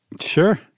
Sure